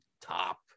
top